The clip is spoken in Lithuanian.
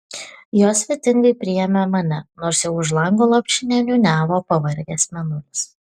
jos svetingai priėmė mane nors jau už lango lopšinę niūniavo pavargęs mėnulis